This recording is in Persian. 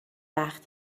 وقت